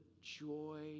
joy